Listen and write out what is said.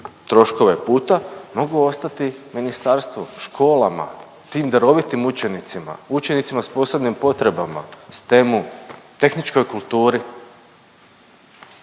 troškove puta mogu ostati ministarstvu, školama, tim darovitim učenicima, učenicima s posebnim potrebama, stemu, tehničkoj kulturi.